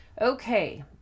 Okay